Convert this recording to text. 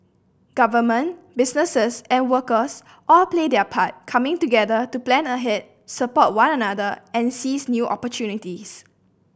government businesses and workers all play their part coming together to plan ahead support one another and seize new opportunities